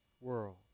world